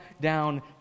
down